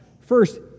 First